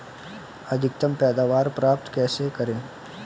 अधिकतम पैदावार प्राप्त कैसे करें?